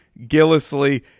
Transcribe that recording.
Gillisley